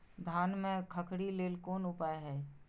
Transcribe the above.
धान में खखरी लेल कोन उपाय हय?